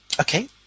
Okay